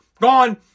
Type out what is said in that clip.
gone